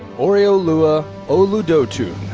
oreoluwa oludotun.